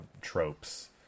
tropes